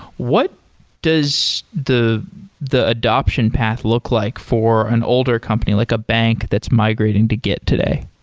what does the the adaption path look like for an older company, like a bank that's migrating to git today?